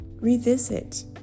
Revisit